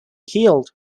keeled